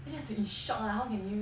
then I was just in shock lah how can you